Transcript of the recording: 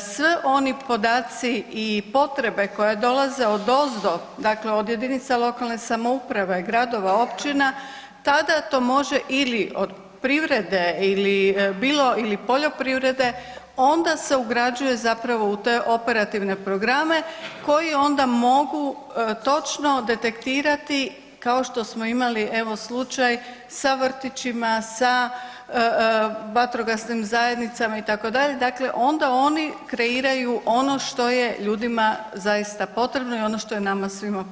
sve oni podaci i potrebe koje dolaze odozdo, dakle od jedinica lokalne samouprave, gradova, općina, tada to može ili od privrede ili bilo ili poljoprivrede, onda se ugrađuje zapravo u te operativne programe koji onda mogu točno detektirati, kao što smo imali evo, slučaj sa vrtićima, sa vatrogasnim zajednicama, itd., dakle onda oni kreiraju ono što je ljudima zaista potrebno i ono što je nama svima potrebno.